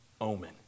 omen